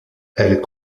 elles